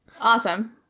Awesome